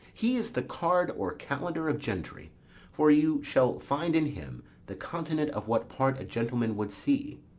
he is the card or calendar of gentry for you shall find in him the continent of what part a gentleman would see.